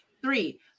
three